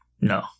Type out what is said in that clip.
No